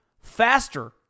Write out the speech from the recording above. faster